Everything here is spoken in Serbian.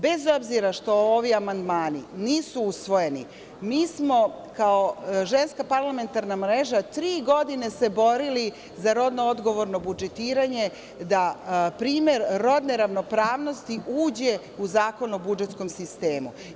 Bez obzira što ovi amandmani nisu usvojeni, mi smo kao Ženska parlamentarna mreža tri godine se borili za rodno odgovorno budžetiranje, da primer rodne ravnopravnosti uđe u Zakon o budžetskom sistemu.